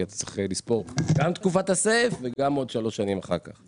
רק צריך לספור גם תקופת הסייף וגם עוד שלוש שנים אחר כך,